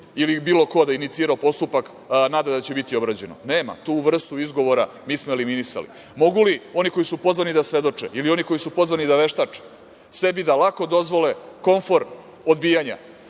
ili bilo ko da je inicirao postupak nada da će biti obrađeno? Nema, tu vrstu izgovora mi smo eliminisali. Mogu li oni koji su pozvani da svedoče ili oni koji su pozvani da veštače sebi da lako dozvole komfor odbijanja